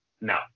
No